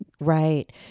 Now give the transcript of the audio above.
Right